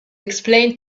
explain